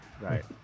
Right